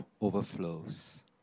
overflows